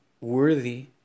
worthy